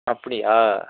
அப்படியா